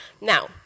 Now